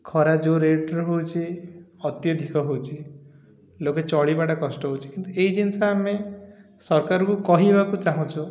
ଖରା ଯେଉଁ ରେଟ୍ର ହେଉଛି ଅତ୍ୟଧିକ ହେଉଛି ଲୋକେ ଚଳିବାଟା କଷ୍ଟ ହେଉଛି କିନ୍ତୁ ଏଇ ଜିନିଷ ଆମେ ସରକାରଙ୍କୁ କହିବାକୁ ଚାହୁଁଛୁ